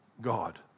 God